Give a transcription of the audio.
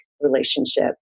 relationship